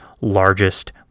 largest